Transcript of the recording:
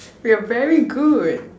we're very good